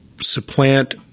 supplant